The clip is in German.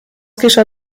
geschah